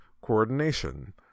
coordination